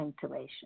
ventilation